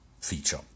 feature